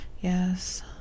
yes